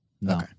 No